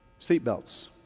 Seatbelts